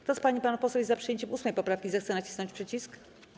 Kto z pań i panów posłów jest za przyjęciem 8. poprawki, zechce nacisnąć przycisk.